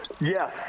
Yes